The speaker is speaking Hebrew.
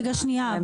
רגע, שנייה.